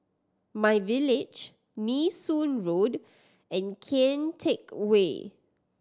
MyVillage Nee Soon Road and Kian Teck Way